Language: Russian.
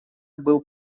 был